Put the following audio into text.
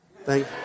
Thank